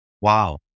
Wow